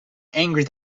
angry